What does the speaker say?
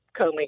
Comey